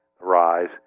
rise